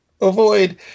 avoid